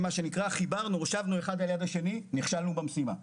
חיברנו והושבנו האחד ליד השני, נכשלנו במשימה.